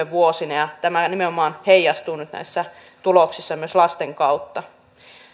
vuosina ja tämä nimenomaan heijastuu nyt näissä tuloksissa myös lasten kautta